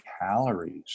calories